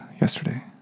yesterday